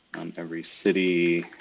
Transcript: on every city